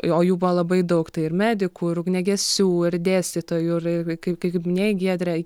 o jų buvo labai daug tai ir medikų ir ugniagesių ir dėstytojų ir ir kaip kaip minėjai giedre